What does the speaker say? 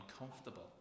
uncomfortable